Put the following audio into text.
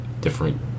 different